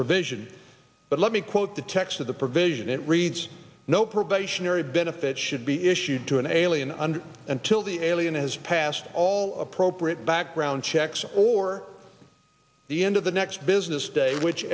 provision but let me quote the text of the provision it reads no probationary benefits should be issued to an alien under until the alien has passed all appropriate background checks or the end of the next business day which